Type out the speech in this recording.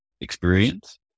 experience